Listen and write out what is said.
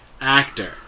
actor